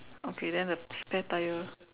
okay then the spare tyre